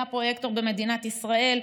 הוא היה פרויקטור במדינת ישראל.